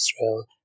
Israel